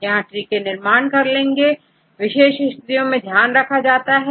यहां ट्री के निर्माण में विशेष स्थितियों को ध्यान में रखा जाता है